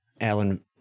Alan